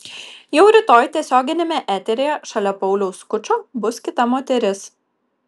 jau rytoj tiesioginiame eteryje šalia pauliaus skučo bus kita moteris